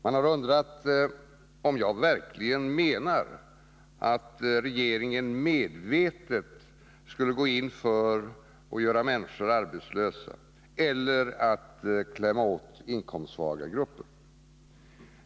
Man har undrat om jag verkligen menar att regeringen medvetet skulle gå in för att göra människor arbetslösa eller att klämma åt inkomstsvaga grupper.